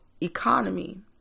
economy